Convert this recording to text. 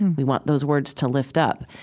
and we want those words to lift up,